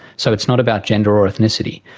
so it's not about gender or ethnicity.